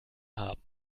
haben